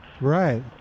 Right